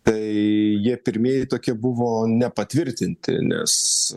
tai jie pirmieji tokie buvo nepatvirtinti nes